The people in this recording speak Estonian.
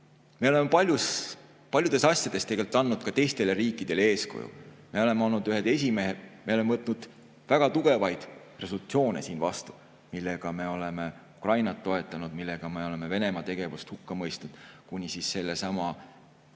me oleme paljudes asjades andnud ka teistele riikidele eeskuju. Me oleme olnud ühed esimesed, me oleme võtnud väga tugevaid resolutsioone siin vastu, millega me oleme Ukrainat toetanud ja Venemaa tegevust hukka mõistnud, kuni Venemaa praeguse